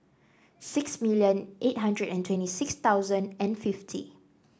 six million eight hundred and twenty six thousand and fifty